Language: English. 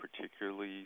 particularly